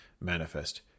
manifest